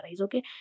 okay